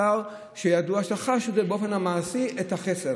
שר שידוע שחש באופן מעשי את החסר.